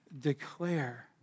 declare